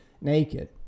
naked